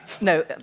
no